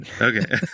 Okay